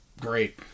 Great